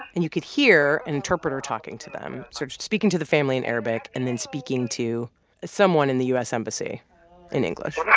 and you can hear an interpreter talking to them, sort of speaking to the family in arabic and then speaking to someone in the u s. embassy in english